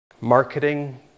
marketing